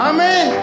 Amen